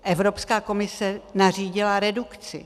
Evropská komise nařídila redukci.